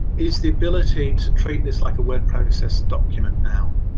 is the ability to treat this like a word processed document now.